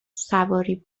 سواری